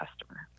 customer